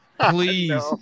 Please